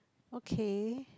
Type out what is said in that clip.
okay